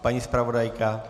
Paní zpravodajka?